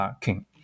king